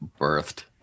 birthed